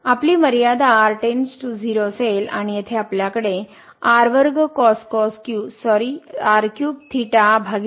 तर आपली मर्यादा r → 0 असेल आणि येथे आपल्याकडे सॉरी असेल